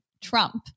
Trump